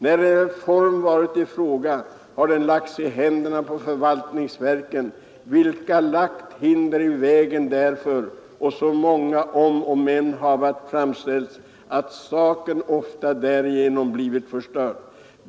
När en reform varit i fråga, har den lagts i händerna på förvaltningsverken, hvilka lagt hinder i vägen derför, och så många om och men hafva framställts, att saken ofta derigenom blifvit förstörd.